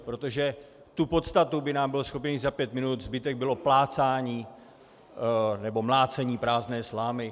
Protože tu podstatu by nám byl schopen říct za pět minut, zbytek bylo plácání, nebo mlácení prázdné slámy.